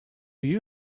you